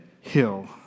hill